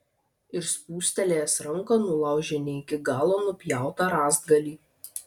ir spūstelėjęs ranka nulaužė ne iki galo nupjautą rąstgalį